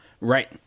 Right